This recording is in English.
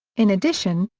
in addition,